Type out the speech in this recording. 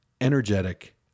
energetic